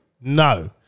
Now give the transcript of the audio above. No